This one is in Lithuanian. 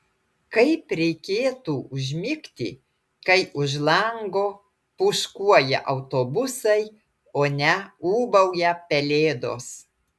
kaip reikėtų užmigti kai už lango pūškuoja autobusai o ne ūbauja pelėdos